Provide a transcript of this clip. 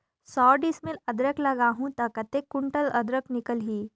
सौ डिसमिल अदरक लगाहूं ता कतेक कुंटल अदरक निकल ही?